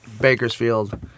Bakersfield